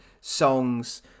songs